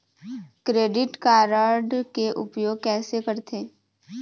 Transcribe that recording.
Credit card के उपयोग कैसे करथे?